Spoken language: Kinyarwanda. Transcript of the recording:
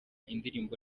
indirimbo